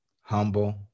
humble